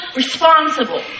responsible